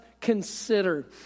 consider